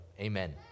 amen